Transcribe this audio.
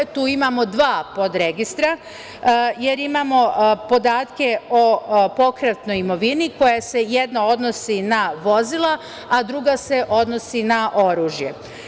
Tu imamo dva podregistra, jer imamo podatke o pokretnoj imovini koja se jedna odnosi na vozila, a druga se odnosi na oružje.